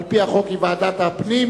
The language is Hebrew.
על-פי החוק היא ועדת הפנים,